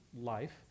life